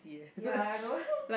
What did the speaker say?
ya I know